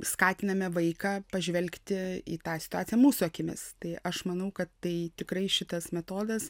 skatiname vaiką pažvelgti į tą situaciją mūsų akimis tai aš manau kad tai tikrai šitas metodas